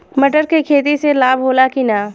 मटर के खेती से लाभ होला कि न?